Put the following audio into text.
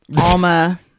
Alma